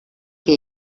que